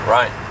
Right